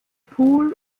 pool